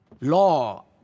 Law